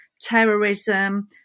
terrorism